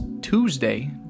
Tuesday